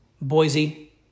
Boise